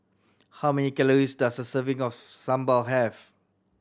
how many calories does a serving of sambal have